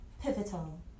pivotal